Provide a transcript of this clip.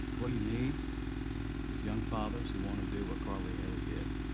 what you need is young fathers who want to do what carl lee hailey did.